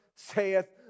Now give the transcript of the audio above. saith